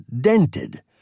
dented